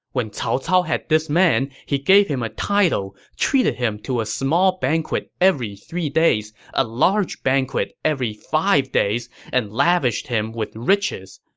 when cao cao had this man, he gave him a title, treated him to a small banquet every three days, a large banquet every five days, and lavished him with riches.